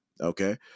okay